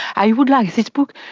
i would like this book,